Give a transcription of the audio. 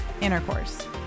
intercourse